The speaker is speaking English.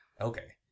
Okay